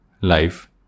life